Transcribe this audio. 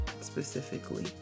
specifically